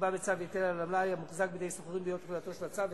נקבע בצו היטל על המלאי המוחזק בידי סוחרים ביום תחילתו של הצו.